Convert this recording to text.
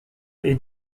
est